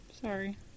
Sorry